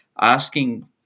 asking